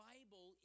Bible